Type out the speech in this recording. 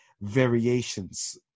variations